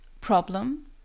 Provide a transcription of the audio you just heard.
problem